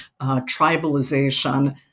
tribalization